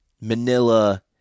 Manila